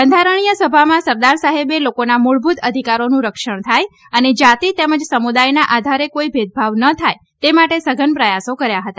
બંધારણીય સભામાં સરદાર સાહેબે લોકોના મુળભુત અધિકારોનું રક્ષણ થાય અને જાતી તેમજ સમુદાયના આધારે કોઇ ભેદભાવ ન થાય તે માટે સઘન પ્રયાસો કર્યા હતા